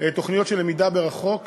תוכניות של למידה מרחוק.